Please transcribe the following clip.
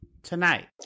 Tonight